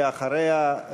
ואחריה,